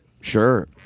Sure